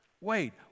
wait